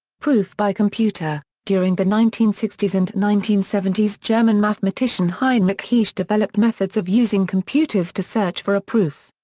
proof by computer during the nineteen sixty s and nineteen seventy s german mathematician heinrich heesch developed methods of using computers to search for a proof.